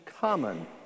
common